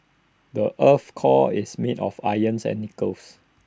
the Earth's core is made of irons and nickels